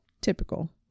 typical